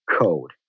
code